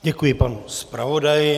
Děkuji panu zpravodaji.